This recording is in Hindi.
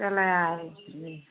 चले आइत ही